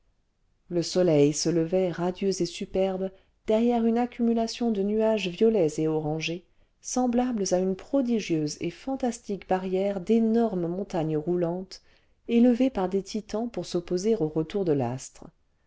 le soleil se levait radieux et superbe derrière une accumulation de nuages violets et orangés semblables à une prodigieuse et fantastique barrière d'énormes montagnes roulantes élevée par des titans pour s'opposer au retour de l'astre